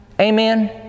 Amen